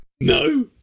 No